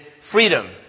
freedom